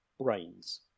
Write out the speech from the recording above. brains